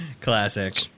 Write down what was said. Classic